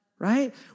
right